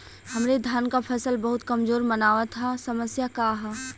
हमरे धान क फसल बहुत कमजोर मनावत ह समस्या का ह?